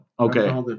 Okay